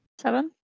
seven